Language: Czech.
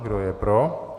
Kdo je pro.